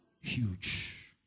Huge